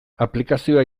aplikazioa